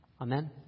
Amen